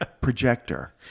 projector